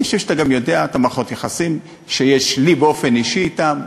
אני חושב שאתה גם יודע את מערכות היחסים שיש לי באופן אישי אתם,